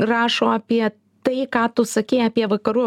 rašo apie tai ką tu sakei apie vakarų